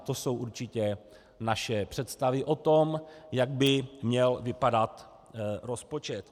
To jsou určitě naše představy o tom, jak by měl vypadat rozpočet.